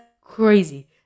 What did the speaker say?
crazy